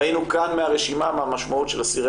ראינו כאן מהרשימה מה המשמעות של אסירי